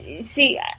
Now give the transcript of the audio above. see